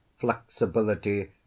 flexibility